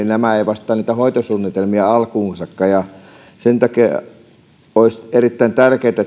nämä eivät vastaa niitä hoitosuunnitelmia alkuunsakaan sen takia olisi erittäin tärkeätä